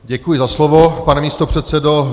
Děkuji za slovo, pane místopředsedo.